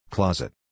Closet